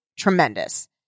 tremendous